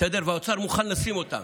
והאוצר מוכן לשים אותם,